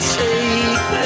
take